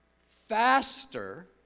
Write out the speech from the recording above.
faster